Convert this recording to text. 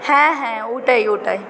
হ্যাঁ হ্যাঁ ওটাই ওটাই